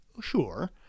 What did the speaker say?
Sure